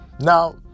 Now